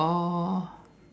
oh